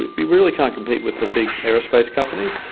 we really can't compete with the big aerospace companies,